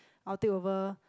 I'll take over